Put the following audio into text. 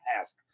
task